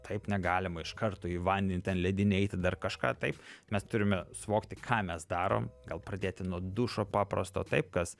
taip negalima iš karto į vandenį ten ledinį eiti dar kažką taip mes turime suvokti ką mes darom gal pradėti nuo dušo paprasto taip kas